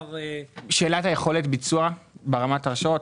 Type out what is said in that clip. שאלת יכולת ביצוע ברמת ההרשאות.